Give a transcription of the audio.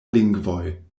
lingvoj